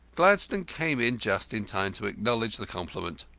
gladstone came in just in time to acknowledge the compliment.